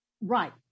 Right